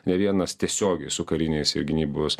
ne vienas tiesiogiai su kariniais ir gynybos